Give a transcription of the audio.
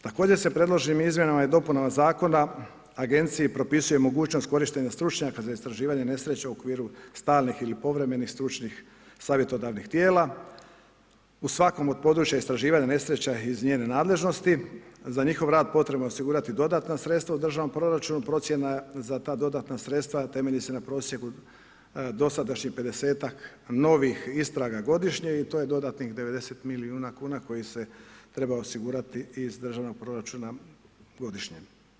Također se predloženim izmjenama i dopunama zakona agenciji propisuje mogućnost korištenja stručnjaka za istraživanje nesreća u okviru stalnih ili povremenih stručnih savjetodavnih tijela u svakom od područja istraživanja nesreća iz njene nadležnosti, za njihov rad potrebno je osigurati dodatna sredstva u državnom proračunu, procjena za ta dodatna sredstva temelji se na prosjeku dosadašnjih 50-ak novih istraga godišnje i to je dodatnih 90 milijuna kuna koje se treba osigurati iz državnog proračuna godišnje.